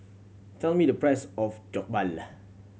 tell me the price of Jokbal